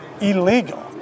illegal